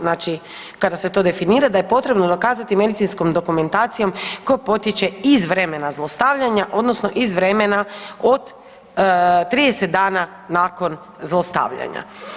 Znači kada se to definira da je potrebno dokazati medicinskom dokumentacijom tko potječe iz vremena zlostavljanja odnosno iz vremena od 30 dana nakon zlostavljanja.